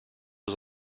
was